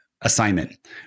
assignment